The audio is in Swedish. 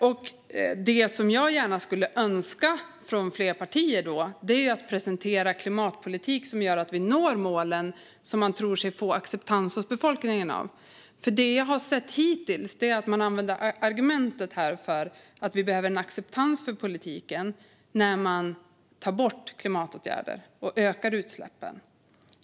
Jag skulle gärna önska att fler partier presenterar klimatpolitik som gör att vi når målen och som man tror får acceptans hos befolkningen. Det jag har sett hittills är argumentet att man behöver acceptans för politiken när man tar bort klimatåtgärder och ökar utsläppen.